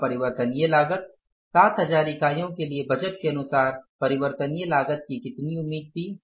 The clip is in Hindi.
अब परिवर्तनीय लागत 7000 इकाइयों के लिए बजट के अनुसार परिवर्तनीय लागत की कितनी उम्मीद थी